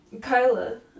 Kyla